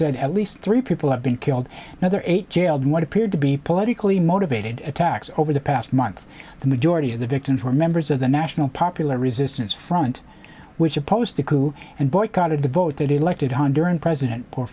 said at least three people have been killed now there are eight jailed what appeared to be politically motivated attacks over the past month the majority of the victims were members of the national popular resistance front which opposed the coup and boycotted the vote that elected honduran president po